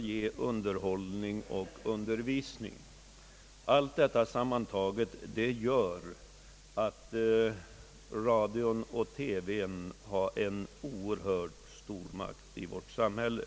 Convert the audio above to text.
ge underhållning och undervisning. Allt detta sammantaget gör att radio och TV har en oerhört stor makt i vårt samhälle.